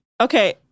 Okay